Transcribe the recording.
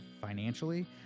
financially